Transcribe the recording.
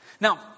Now